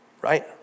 right